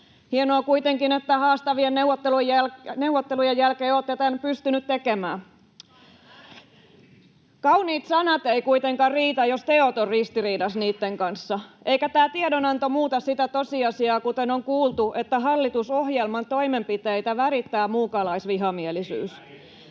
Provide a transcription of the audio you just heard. Hienoa kuitenkin, että haastavien neuvottelujen jälkeen olette tämän pystyneet tekemään. [Sanna Antikainen: Kansa äänesti niin!] Kauniit sanat eivät kuitenkaan riitä, jos teot ovat ristiriidassa niitten kanssa. Eikä tämä tiedonanto muuta sitä tosiasiaa, kuten on kuultu, että hallitusohjelman toimenpiteitä värittää muukalaisvihamielisyys.